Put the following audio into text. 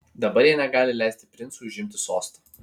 dabar jie negali leisti princui užimti sosto